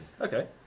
okay